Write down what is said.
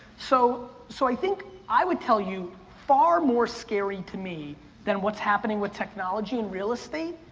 so so i think i would tell you far more scary to me than what's happening with technology in real estate,